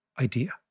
idea